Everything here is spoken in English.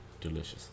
Delicious